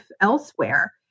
elsewhere